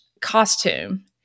costume